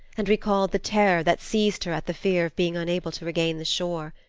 and recalled the terror that seized her at the fear of being unable to regain the shore.